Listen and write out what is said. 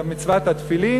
מצוות התפילין.